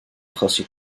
achosi